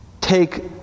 take